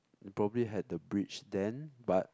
they probably had the bridge then but